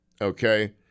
okay